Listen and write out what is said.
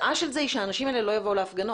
התוצאה של זה היא שהאנשים האלה לא יבואו להפגנות.